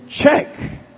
check